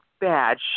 bad